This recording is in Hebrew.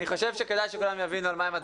אני חושב שכדאי שכולם יבינו על מה הם מצביעים.